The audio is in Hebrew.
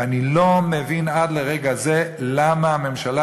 ואני לא מבין עד לרגע זה למה הממשלה